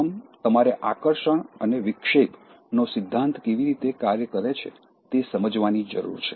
પ્રથમ તમારે આકર્ષણ અને વિક્ષેપ બેધ્યાનપણુંનો સિદ્ધાંત કેવી રીતે કાર્ય કરે છે તે સમજવાની જરૂર છે